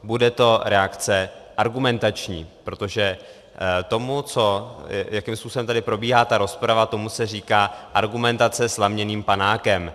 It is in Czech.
Bude to reakce argumentační, protože tomu, jakým způsobem tady probíhá rozprava, se říká argumentace slaměným panákem.